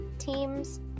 teams